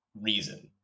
reason